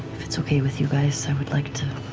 if it's okay with you guys, i would like to